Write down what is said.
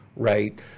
right